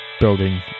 building